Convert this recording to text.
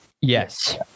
Yes